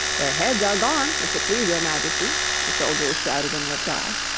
their heads are gone, if it please your majesty the soldiers shouted in reply.